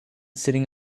sitting